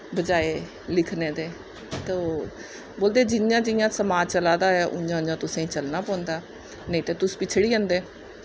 बज़ाए लिखने दे तो बोलदे जि'यां जि'यां समाज चलादा होऐ उ'आं उ'आं तुसें चलनां पौंदा नेईं तां तुस पिछड़ी जंदे